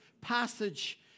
passage